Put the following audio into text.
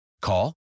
Call